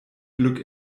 glück